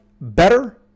better